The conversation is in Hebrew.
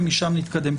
ומשם נתקדם.